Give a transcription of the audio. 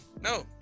No